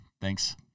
Thanks